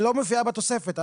לא מופיעה בתוספת.